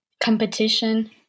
competition